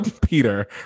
Peter